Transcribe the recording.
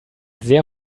sehr